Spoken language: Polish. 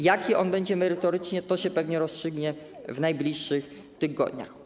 Jaki on będzie merytorycznie, to się pewnie rozstrzygnie w najbliższych tygodniach.